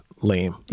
lame